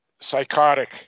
psychotic